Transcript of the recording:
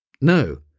No